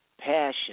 passion